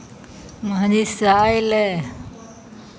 महजिदसँ अयलै